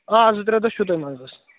آ زٕ ترٛےٚ دۄہ چھِو تۄہہِ منٛزس